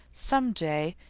some day,